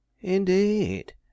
indeed